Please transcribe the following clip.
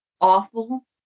awful